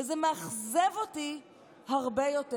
וזה מאכזב אותי הרבה יותר.